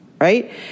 right